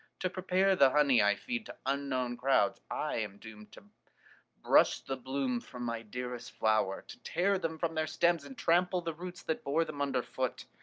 to prepare the honey i feed to unknown crowds, i am doomed to brush the bloom from my dearest flowers, to tear them from their stems, and trample the roots that bore them under foot.